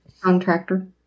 Contractor